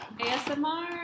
asmr